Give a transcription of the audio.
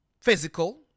Physical